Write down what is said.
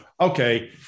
okay